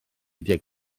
deg